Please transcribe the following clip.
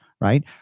right